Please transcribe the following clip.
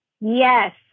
Yes